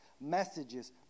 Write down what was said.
Messages